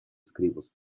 skribos